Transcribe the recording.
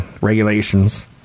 regulations